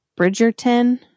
Bridgerton